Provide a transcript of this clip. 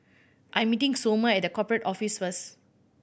I'm meeting Somer at The Corporate Office first